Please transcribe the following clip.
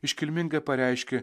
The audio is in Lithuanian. iškilmingai pareiškė